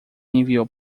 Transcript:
enviou